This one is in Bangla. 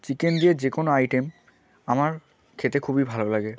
চিকেন দিয়ে যে কোনো আইটেম আমার খেতে খুবই ভালো লাগে